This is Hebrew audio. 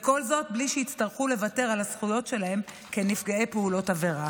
כל זאת בלי שיצטרכו לוותר על הזכויות שלהם כנפגעי פעולות עברה.